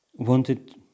wanted